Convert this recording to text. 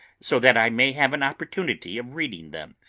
so that i may have an opportunity of reading them.